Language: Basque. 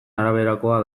araberakoa